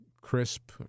crisp